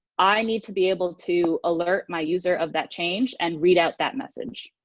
i need to be able to alert my user of that change and read out that message,